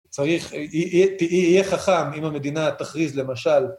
צריך, תהיה חכם אם המדינה תכריז, למשל,